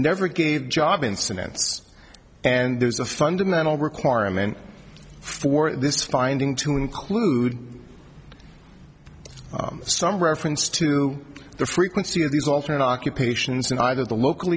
never gave job incentives and there's a fundamental requirement for this finding to include some reference to the frequency of these alternate occupations in either the local